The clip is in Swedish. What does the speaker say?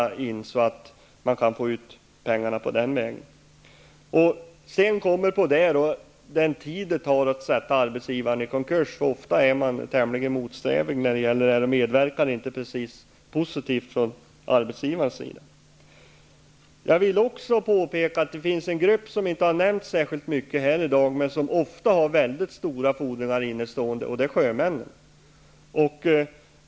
Därmed går det inte att få ut pengar den vägen heller. Ovanpå detta kommer den tid som det tar att försätta arbetsgivaren i konkurs. Ofta är man tämligen motsträvig. Det är i varje fall inte fråga om att man medverkar särskilt positivt från arbetsgivarsidan. Vidare vill jag påpeka att det finns en grupp som inte har nämnts särskilt mycket här i dag men som ofta har väldigt stora fordringar innestående, nämligen sjömännen.